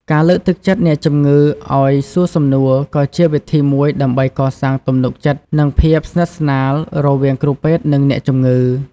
ការលើកទឹកចិត្តអ្នកជំងឺឱ្យសួរសំណួរក៏ជាវិធីមួយដើម្បីកសាងទំនុកចិត្តនិងភាពស្និទ្ធស្នាលរវាងគ្រូពេទ្យនិងអ្នកជំងឺ។